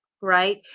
right